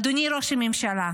אדוני ראש הממשלה,